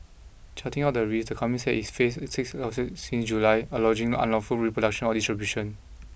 charting out the risks the company said it face six lawsuits since July alleging unlawful reproduction or distribution